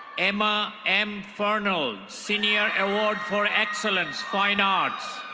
emma m ferno, senior award for excellence fine arts.